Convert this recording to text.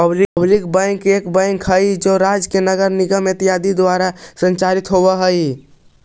public bank एक bank हइ जे राज्य या नगर निगम इत्यादि के द्वारा संचालित होवऽ हइ